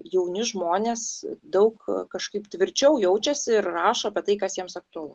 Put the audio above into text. jauni žmonės daug kažkaip tvirčiau jaučiasi ir rašo apie tai kas jiems aktualu